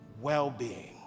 well-being